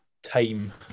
time